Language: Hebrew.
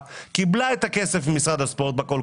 קיבלה בקול הקורא את הכסף ממשרד הספורט,